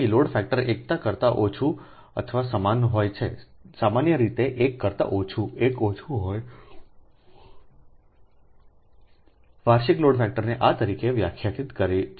તેથી load factor એકતા કરતા ઓછા અથવા સમાન હોય છે સામાન્ય રીતે 1 કરતા ઓછું 1 ઓછું હોય છે વાર્ષિકલોડફેક્ટરનેઆતરીકેવ્યાખ્યાયિતકરીશકાય છે